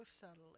subtly